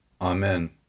Amen